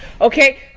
okay